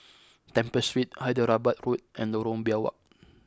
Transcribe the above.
Temple Street Hyderabad Road and Lorong Biawak